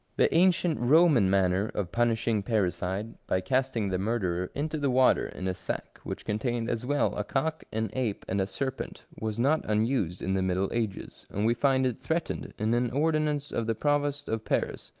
the ancient roman manner of punishing parricide, by casting the murderer into the water in a sack which contained as well a cock, an ape, and a serpent, was not unused in the middle ages, and we find it threatened in an ordinance of the provost of paris,